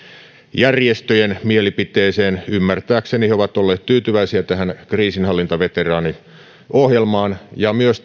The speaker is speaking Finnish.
järjestöjen mielipiteeseen ymmärtääkseni ne ovat olleet tyytyväisiä tähän kriisinhallintaveteraaniohjelmaan ja myös